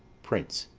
prince.